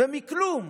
ומכלום.